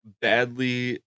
badly